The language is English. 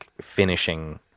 finishing